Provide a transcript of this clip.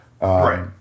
Right